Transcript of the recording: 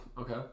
Okay